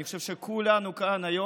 אני חושב שכולנו פה היום